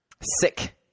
Sick